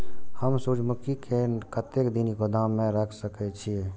हम सूर्यमुखी के कतेक दिन गोदाम में रख सके छिए?